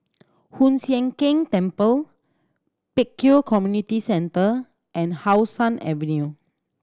Hoon Sian Keng Temple Pek Kio Community Centre and How Sun Avenue